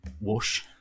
whoosh